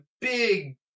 big